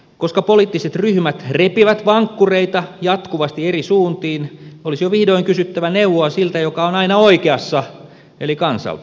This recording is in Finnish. koska poliittiset ryhmät repivät vankkureita jatkuvasti eri suuntiin olisi jo vihdoin kysyttävä neuvoa siltä joka on aina oikeassa eli kansalta